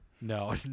No